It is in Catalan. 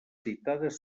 citades